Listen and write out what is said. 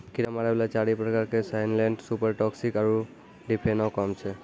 कीड़ा मारै वाला चारि प्रकार के साइलेंट सुपर टॉक्सिक आरु डिफेनाकौम छै